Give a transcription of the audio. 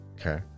Okay